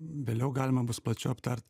vėliau galima bus plačiau aptart